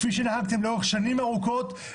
כפי שנהגתם לאורך שנים ארוכות,